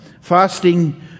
fasting